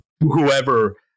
Whoever